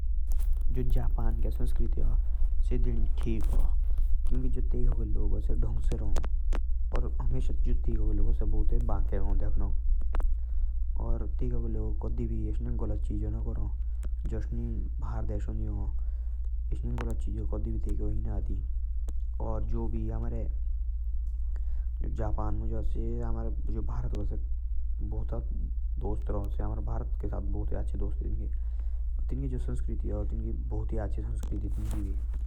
जो जापान के संस्कृति आ से काफी अच्छा आ। जो तैकके लोग से बणके हँ देखनाक। तैके कधी भी गलत चीजा ना हँ। जो भर देशांडी हँ।